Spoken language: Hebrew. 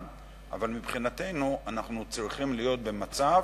אבל אנחנו צריכים להיות במצב